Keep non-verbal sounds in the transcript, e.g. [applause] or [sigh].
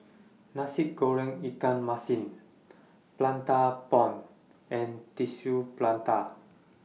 [noise] Nasi Goreng Ikan Masin Prata Bomb and Tissue Prata